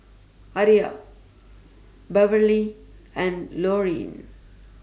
Aria Beverley and Lurline